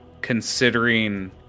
considering